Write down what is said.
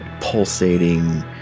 pulsating